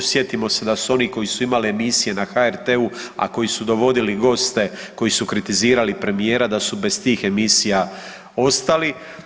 Sjetimo se da su oni koji su imali emisije na HRT-u, a koji su dovodili goste koji su kritizirali premijera da su bez tih emisija ostali.